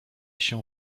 się